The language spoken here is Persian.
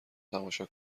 تماشا